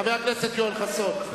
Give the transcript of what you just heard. חבר הכנסת יואל חסון.